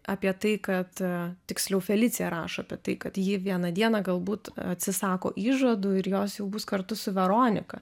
apie tai kad tiksliau felicija rašo apie tai kad ji vieną dieną galbūt atsisako įžadų ir jos jau bus kartu su veronika